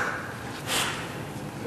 אני